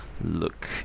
look